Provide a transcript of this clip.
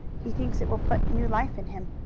he thinks it will put new life in him.